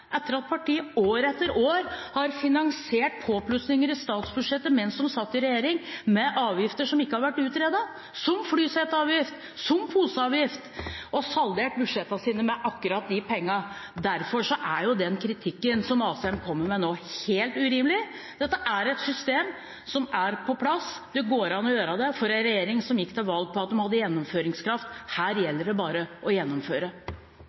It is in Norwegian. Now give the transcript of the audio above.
etter at partiet år etter år har finansiert påplussinger i statsbudsjettet mens de har sittet i regjering, med avgifter som ikke har vært utredet, som flyseteavgift, som poseavgift, og saldert budsjettene sine med akkurat de pengene. Derfor er den kritikken som Asheim kommer med nå, helt urimelig. Dette er et system som er på plass. Det går an å gjøre det for en regjering som gikk til valg på at de hadde gjennomføringskraft. Her gjelder det bare å gjennomføre.